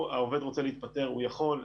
העובד רוצה להתפטר הוא יכול.